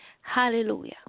hallelujah